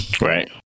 Right